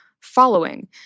following